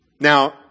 Now